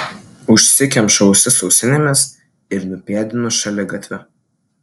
užsikemšu ausis ausinėmis ir nupėdinu šaligatviu